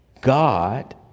God